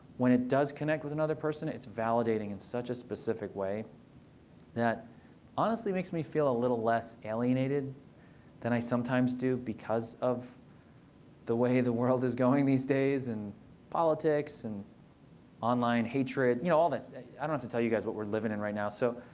when it does connect with another person, it's validating in such a specific way that it honestly makes me feel a little less alienated than i sometimes do because of the way the world is going these days and politics and online hatred. you know i don't to tell you guys what we're living in right now. so